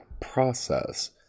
process